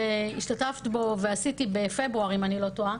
שהשתתפת בו ועשיתי בפברואר אם אני לא טועה,